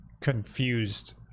confused